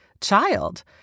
child